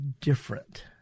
different